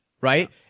right